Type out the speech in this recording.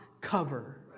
cover